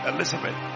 Elizabeth